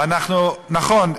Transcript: נכון,